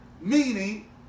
meaning